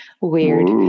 Weird